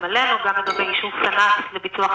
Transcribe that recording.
כשאתה מביא נחקר לבית המשפט,